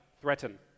threaten